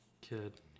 kid